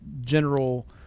general